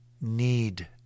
need